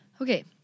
Okay